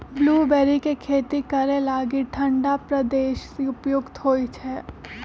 blueberry के खेती करे लागी ठण्डा प्रदेश उपयुक्त होइ छै